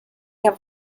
have